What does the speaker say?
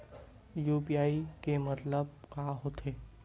UPI के मतलब का होथे?